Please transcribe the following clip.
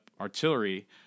artillery